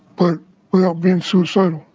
but without being suicidal.